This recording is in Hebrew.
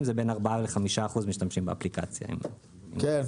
אז בין 4% ל-5% משתמשים באפליקציה הזאת.